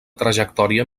trajectòria